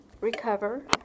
recover